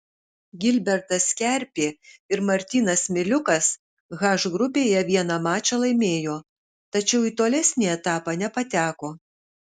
gilbertas kerpė ir martynas miliukas h grupėje vieną mačą laimėjo tačiau į tolesnį etapą nepateko